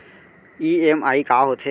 EMI का होथे?